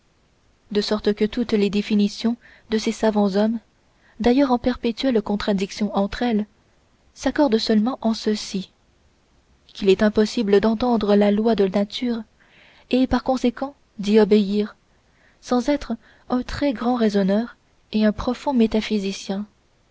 de sorte que toutes les définitions de ces savants hommes d'ailleurs en perpétuelle contradiction entre elles s'accordent seulement en ceci qu'il est impossible d'entendre la loi de nature et par conséquent d'y obéir sans être un très grand raisonneur et un profond métaphysicien